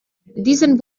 diesen